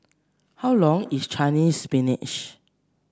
how long is Chinese Spinach